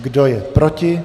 Kdo je proti?